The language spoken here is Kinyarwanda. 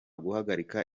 guhagarika